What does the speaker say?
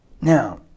Now